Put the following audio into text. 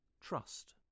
Trust